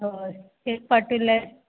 होय एक पाटी लेस